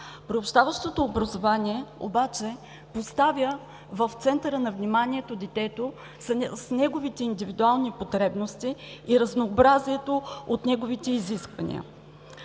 Приобщаващото образование обаче поставя в центъра на вниманието детето с неговите индивидуални потребности и разнообразието от неговите изисквания.